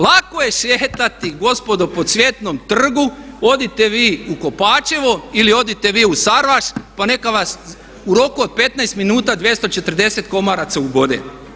Lako je slijetati gospodo po Cvjetnom trgu, odite vi u Kopačevo ili odite vi u Sarvaš pa neka vas u roku od 15 minuta 240 komaraca ubode.